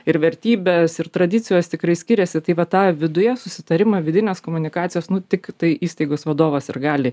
ir vertybės ir tradicijos tikrai skiriasi tai va tą viduje susitarimą vidinės komunikacijos nu tiktai įstaigos vadovas ir gali